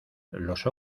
los